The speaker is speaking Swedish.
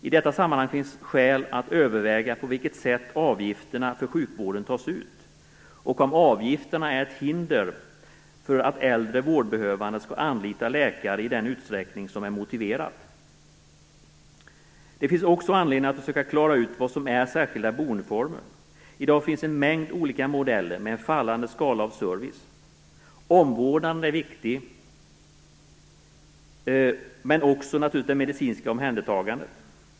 I detta sammanhang finns skäl att överväga på vilket sätt avgifterna för sjukvården tas ut och om avgifterna är ett hinder för att äldre vårdbehövande skall anlita läkare i den utsträckning som är motiverat. Det finns också anledning att försöka klara ut vad som är särskilda boendeformer. I dag finns en mängd olika modeller, med en fallande skala av service. Omvårdnaden är viktig, men också naturligtvis det medicinska omhändertagandet.